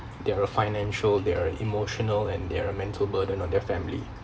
their uh financial their emotional and their uh mental burden on their family